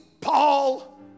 Paul